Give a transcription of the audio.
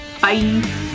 Bye